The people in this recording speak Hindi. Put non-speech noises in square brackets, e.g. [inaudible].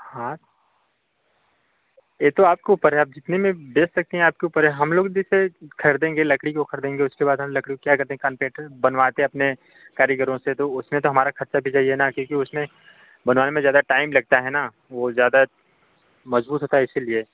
हाँ ये तो आपको ऊपर है आप कितने में बेच सकती हैं आपके ऊपर है हम लोग भी तो ये खरीदेंगे लकड़ी को खरीदेंगे उसके बाद हम लकड़ी को क्या करते हैं [unintelligible] बनवाते हैं अपने कारीगरों से तो उसमें तो हमारा खर्चा भी चाहिए ना क्योंकि उसमें बनवाने में ज़्यादा टाइम लगता है ना वो ज़्यादा मज़बूत होता है इसीलिए